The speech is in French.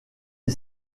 est